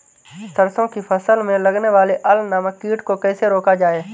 सरसों की फसल में लगने वाले अल नामक कीट को कैसे रोका जाए?